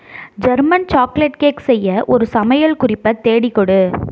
German chocolate cake செய்ய ஒரு சமையல் குறிப்பை தேடிக் கொடு